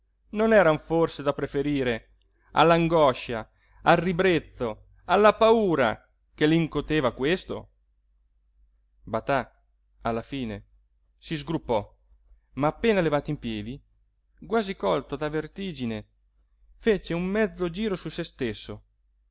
non eran forse da preferire all'angoscia al ribrezzo alla paura che le incuteva questo batà alla fine si sgruppò ma appena levato in piedi quasi colto da vertigine fece un mezzo giro su se stesso